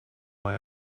why